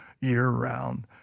year-round